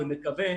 אני מקווה,